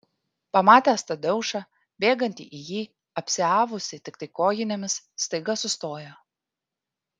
pamatęs tadeušą bėgantį į jį apsiavusį tiktai kojinėmis staiga sustojo